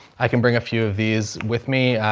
i can bring a few of these with me. ah,